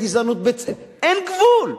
לגזענות אין גבול.